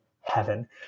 heaven